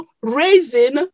raising